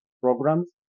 programs